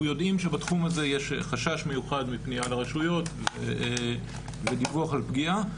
יודעים שבתחום הזה יש חשש מיוחד מפנייה לרשויות ודיווח על פגיעה,